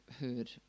heard